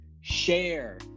share